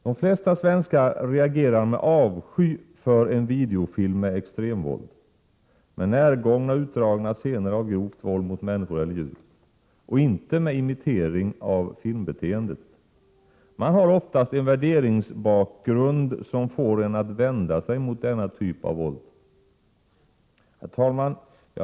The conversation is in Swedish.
De flesta svenskar reagerar med avsky för en videofilm med extremvåld — med närgångna och utdragna scener av grovt våld mot människor eller djur — och inte med imitering av filmbeteendet. Människor har oftast en värderings = Prot. 1987/ 88:122 bakgrund som får dem att vända sig mot denna typ av våld. 18 maj 1988 Herr talman!